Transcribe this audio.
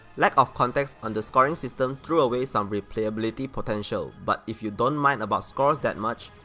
lack of context on the scoring system threw away some replayability potential but if you don't mind about scores that much,